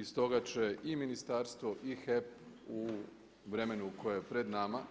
I stoga će i ministarstvo i HEP u vremenu koje je pred nama